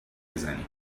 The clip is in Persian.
بزنیم